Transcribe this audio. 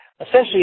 Essentially